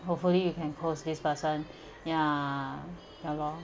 hopefully you can close this person ya ya lor